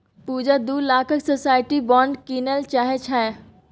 पुजा दु लाखक security bond कीनय चाहै छै